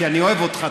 כי אני אוהב אותך,